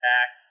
Back